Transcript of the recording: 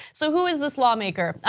so who is this lawmaker?